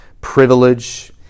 privilege